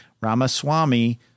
Ramaswamy